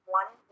one